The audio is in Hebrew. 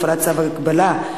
הפעלת צווי הגבלה),